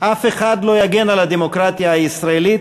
אף אחד לא יגן על הדמוקרטיה הישראלית